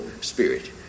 spirit